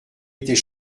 était